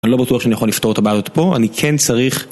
אני לא בטוח שאני יכול לפתור את הבעיות פה, אני כן צריך...